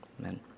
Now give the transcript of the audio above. amen